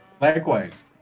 Likewise